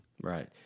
Right